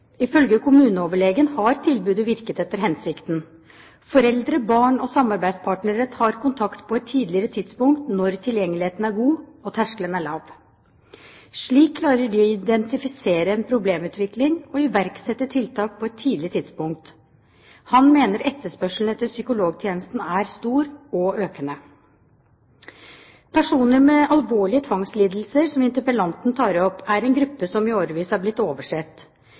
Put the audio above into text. Ifølge kommuneoverlegen har tilbudet virket etter hensikten. Foreldre, barn og samarbeidspartnere tar kontakt på et tidligere tidspunkt når tilgjengeligheten er god og terskelen er lav. Slik klarer de å identifisere en problemutvikling og iverksette tiltak på et tidlig tidspunkt. Overlegen mener etterspørselen etter psykologtjenesten er stor – og økende. Personer med alvorlige tvangslidelser, som interpellanten viser til, er en gruppe som i årevis har blitt